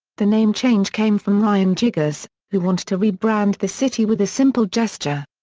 the name change came from ryan gigous, who wanted to re-brand the city with a simple gesture.